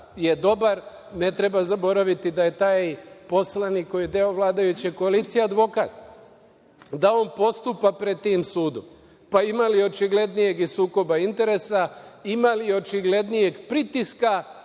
Ne treba zaboraviti da je taj poslanik, koji je deo vladajuće koalicije, advokat, da on postupa pred tim sudom. Ima li očiglednijeg sukoba interesa, ima li očiglednijeg pritiska